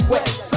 West